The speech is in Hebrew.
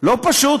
לא פשוט.